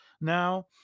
now